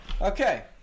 Okay